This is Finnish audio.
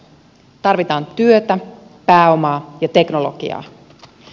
tarvitaan työtä pääomaa ja teknologiaa